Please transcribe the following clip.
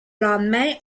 lendemain